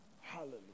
Hallelujah